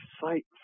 fight